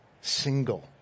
single